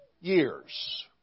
years